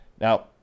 now